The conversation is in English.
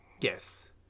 Yes